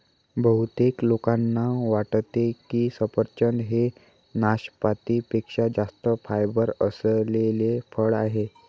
बहुतेक लोकांना वाटते की सफरचंद हे नाशपाती पेक्षा जास्त फायबर असलेले फळ आहे